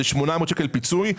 800 שקל פיצוי,